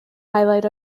highlight